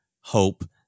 hope